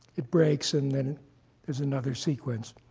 it breaks, and then there's another sequence.